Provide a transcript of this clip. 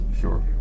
Sure